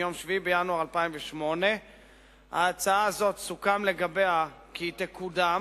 מ-7 בינואר 2008. לגבי ההצעה הזאת סוכם כי היא תקודם